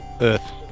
Earth